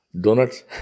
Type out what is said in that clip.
Donuts